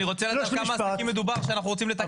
אני רוצה לדעת על כמה עסקים מדובר שאנחנו רוצים לתקן.